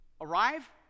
arrive